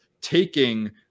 taking